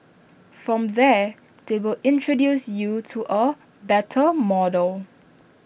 from there they will introduce you to A better model